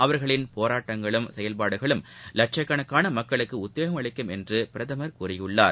அவர்களின் போராட்டங்களும் செயல்பாடுகளும் லட்சக்கணக்காணமக்களுக்குஉத்வேகம் அளிக்கும் என்றுபிரதமர் கூறியுள்ளார்